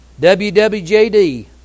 WWJD